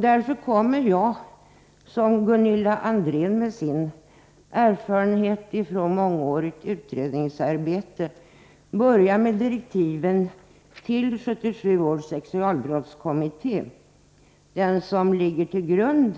Därför kommer jag, liksom Gunilla André med sin erfarenhet från mångårigt utredningsarbete, att börja med att återge ett avsnitt ur direktiven till 1977 års sexualbrottskommitté, som ligger till grund